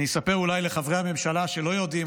אני אספר אולי לחברי הממשלה שלא יודעים,